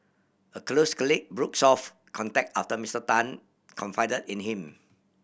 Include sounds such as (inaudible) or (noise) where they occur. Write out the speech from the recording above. a close colleague broke (unintelligible) off contact after Mister Tan confide in him